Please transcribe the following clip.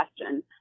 question